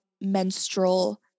menstrual